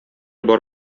бар